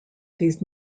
these